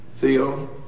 Theo